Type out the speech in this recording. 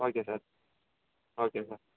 okay sir okay sir